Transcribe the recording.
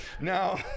Now